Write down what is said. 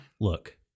look